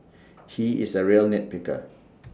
he is A real nit picker